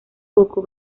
coco